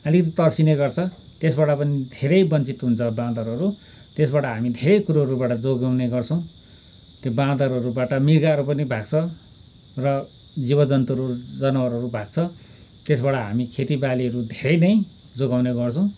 अलिकति तर्सिने गर्छ त्यसबाट पनि धेरै वञ्चित हुन्छ बाँदरहरू त्यसबाट हामीहरू धेरै कुराहरू जोगाउने गर्छुौँ त्यो बाँदरहरूबाट मिर्गहरू पनि भाग्छ र जीव जन्तु जनवरहरू भाग्छ त्यसबाट हामी खेती बालीहरू धेरै नै जोगाउने गर्छौँ